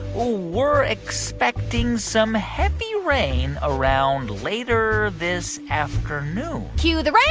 we're we're expecting some heavy rain around later this afternoon cue the rain